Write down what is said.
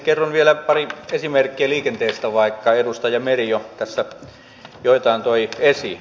kerron vielä pari esimerkkiä liikenteestä vaikka edustaja meri jo tässä joitain toi esiin